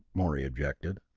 morey objected,